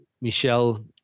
Michelle